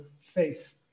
faith